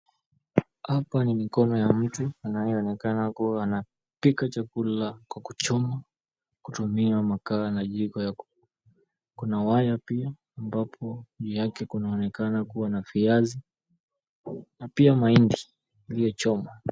Hapa ni mikono ya mtu anayeonekana kuwa anapika chakula na kwa kuchoma kutumia makaa na jiko. Kuna waya pia ambapo juu yake kunaonekana kuwa na viazi na pia mahindi iliyochomwa.